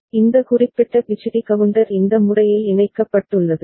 எனவே ஐசி 7490 இந்த குறிப்பிட்ட பிசிடி கவுண்டர் இந்த முறையில் இணைக்கப்பட்டுள்ளது